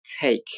take